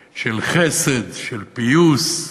חסד, פיוס,